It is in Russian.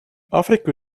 африку